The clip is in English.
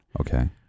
Okay